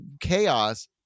chaos